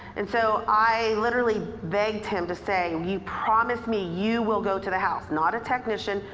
and so i literally begged him to say you promise me you will go to the house. not a technician,